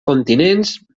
continents